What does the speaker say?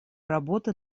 работы